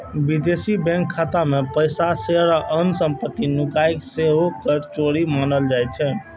विदेशी बैंक खाता मे पैसा, शेयर आ अन्य संपत्ति नुकेनाय सेहो कर चोरी मानल जाइ छै